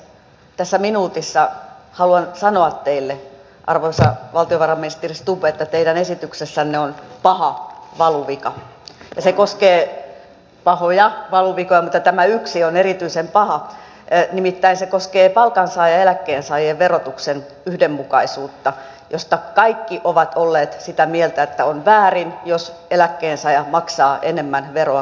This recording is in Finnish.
tässä minuutissa haluan sanoa teille arvoisa valtiovarainministeri stubb että teidän esityksessänne on paha valuvika ja se koskee pahoja valuvikoja mutta tämä yksi on erityisen paha palkansaajien ja eläkkeensaajien verotuksen yhdenmukaisuutta josta kaikki ovat olleet sitä mieltä että on väärin jos eläkkeensaaja maksaa enemmän veroa kuin palkansaaja